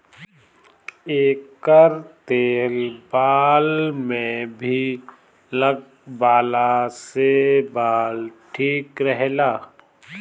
एकर तेल बाल में भी लगवला से बाल ठीक रहेला